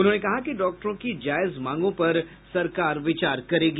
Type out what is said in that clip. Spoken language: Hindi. उन्होंने कहा कि डॉक्टरों की जायज मांगों पर सरकार विचार करेगी